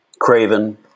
craven